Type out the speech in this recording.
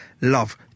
love